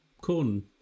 corn